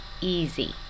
easy